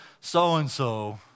so-and-so